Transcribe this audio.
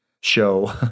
show